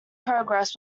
progress